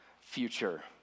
future